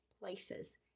places